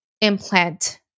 implant